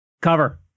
Cover